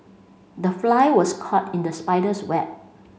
the fly was caught in the spider's web